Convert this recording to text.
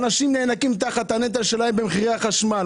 אנשים נאנקים תחת הנטל עם מחירי החשמל,